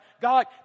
God